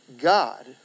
God